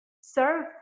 serve